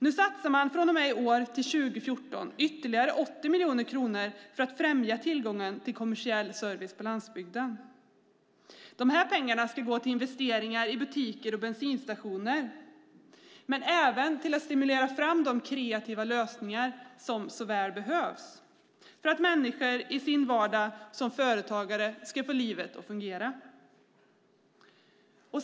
Nu satsar man från och med i år till 2014 ytterligare 80 miljoner kronor för att främja tillgången till kommersiell service på landsbygden. Pengarna ska gå till investeringar i butiker och bensinstationer och även till att stimulera fram de kreativa lösningar som så väl behövs för att människor i sin vardag som företagare ska få livet att fungera.